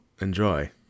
enjoy